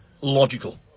logical